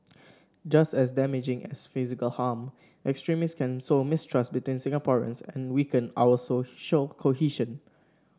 just as damaging as physical harm extremists can sow mistrust between Singaporeans and weaken our social cohesion